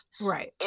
Right